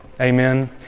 Amen